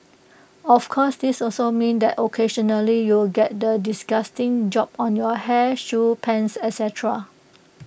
of course this also means that occasionally you'll get that disgusting job on your hair shoes pants ET cetera